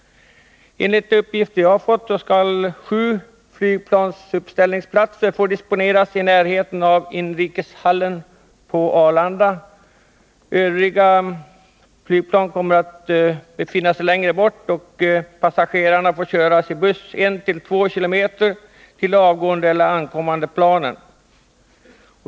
Enligt de uppgifter som jag har fått skall sju flygplansuppställningsplatser få disponeras i närheten av inrikeshallen på Arlanda. Övriga plan kommer att uppställas längre bort från inrikeshallen. Passagerarna får köras i buss 1 — 2 km till och från dessa flygplan.